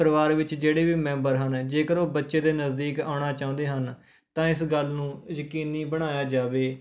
ਪਰਿਵਾਰ ਵਿੱਚ ਜਿਹੜੇ ਵੀ ਮੈਂਬਰ ਹਨ ਜੇਕਰ ਉਹ ਬੱਚੇ ਦੇ ਨਜ਼ਦੀਕ ਆਉਣਾ ਚਾਹੁੰਦੇ ਹਨ ਤਾਂ ਇਸ ਗੱਲ ਨੂੰ ਯਕੀਨੀ ਬਣਾਇਆ ਜਾਵੇ